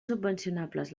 subvencionables